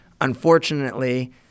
Unfortunately